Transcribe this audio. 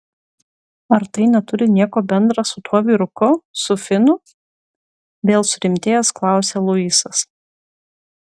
ar tai neturi nieko bendra su tuo vyruku su finu vėl surimtėjęs klausia luisas